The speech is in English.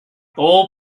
all